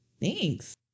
Thanks